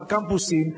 בקמפוסים,